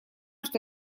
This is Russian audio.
что